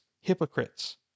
hypocrites